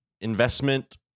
investment